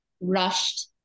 rushed